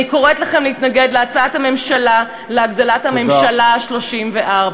אני קוראת לכם להתנגד להצעת הממשלה להגדלת הממשלה ה-34.